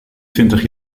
twintig